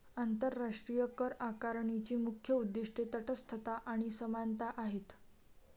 आंतरराष्ट्रीय करआकारणीची मुख्य उद्दीष्टे तटस्थता आणि समानता आहेत